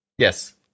Yes